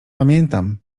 pamiętam